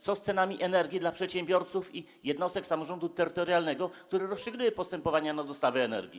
Co z cenami energii dla przedsiębiorców i jednostek samorządu terytorialnego, które rozstrzygają postępowania na dostawę energii?